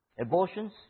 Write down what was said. Abortions